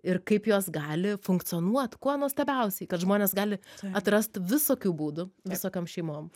ir kaip jos gali funkcionuot kuo nuostabiausiai kad žmonės gali atrast visokių būdų visokiom šeimom